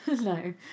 No